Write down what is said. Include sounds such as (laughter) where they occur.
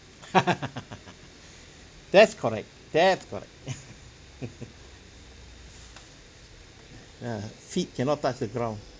(laughs) that's correct that's correct (laughs) ya feet cannot touch the ground